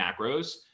macros